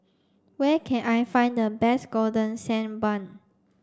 where can I find the best golden sand bun